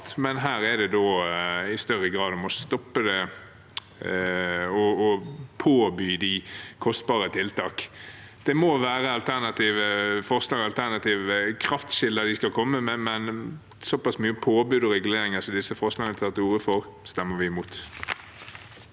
men her handler det i større grad om å stoppe dem og påby dem kostbare tiltak. Det må være forslag om alternative kraftkilder de skal komme med, men såpass mye påbud og reguleringer som disse forslagene tar til orde for, stemmer vi imot.